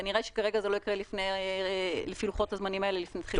כנראה שכרגע לפי לוחות הזמנים זה לא יקרה לפני יולי.